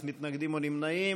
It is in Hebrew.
אין מתנגדים ונמנעים.